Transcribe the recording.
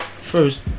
first